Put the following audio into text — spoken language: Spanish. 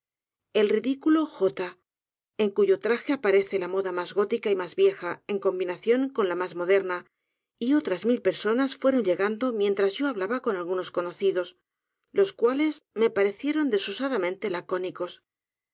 el ridiculo j en cuyo traje aparece la moda mas gótica y mas vieja en combinación con la mas moderna y otras mil personas fueron llegando mientras yo hablaba con algunos conocidos los cuales me parecieron desusadamente lacónicos